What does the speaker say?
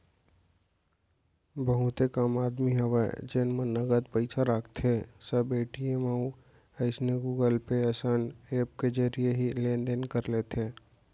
बहुते कम आदमी हवय जेन मन नगद पइसा राखथें सब ए.टी.एम अउ अइसने गुगल पे असन ऐप के जरिए ही लेन देन कर लेथे